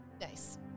Nice